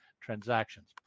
transactions